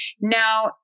Now